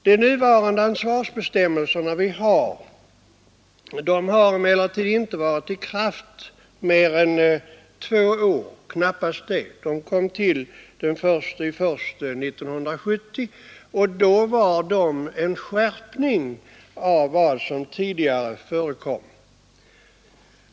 De nuvarande ansvarsbestämmelserna har emellertid inte varit i kraft mer än knappt tre år — de kom till den 1 januari 1970, och då innebar de en skärpning av tidigare regler.